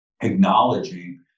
acknowledging